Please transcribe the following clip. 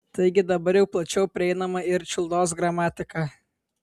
taigi dabar jau plačiau prieinama ir čiuldos gramatika